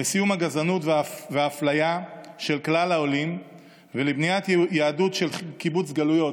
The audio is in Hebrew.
לסיום הגזענות והאפליה של כלל העולים ולבניית יהדות של קיבוץ גלויות,